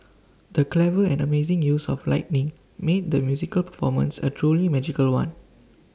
the clever and amazing use of lighting made the musical performance A truly magical one